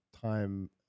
time